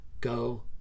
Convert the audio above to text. go